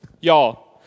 Y'all